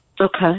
Okay